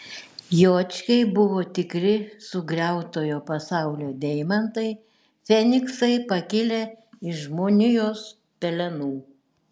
juočkiai buvo tikri sugriautojo pasaulio deimantai feniksai pakilę iš žmonijos pelenų